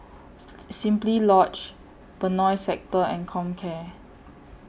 Simply Lodge Benoi Sector and Comcare